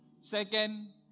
Second